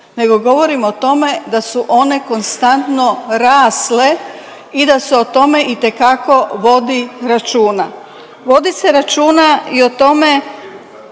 nego govorim o tome da su one konstantno rasle i da se o tome itekako vodi računa. Vodi se računa i o tome